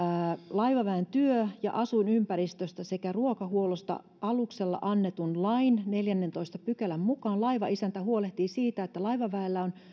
laivaväen työ ja asuinympäristöstä sekä ruokahuollosta aluksella annetun lain neljännentoista pykälän mukaan laivaisäntä huolehtii siitä että laivaväellä on